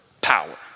power